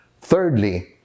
Thirdly